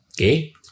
Okay